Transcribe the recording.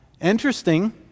Interesting